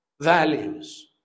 values